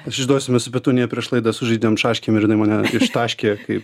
aš išduosiu mes su petunija prieš laidą sužaidėm šaškėm ir jinai mane ištaškė kaip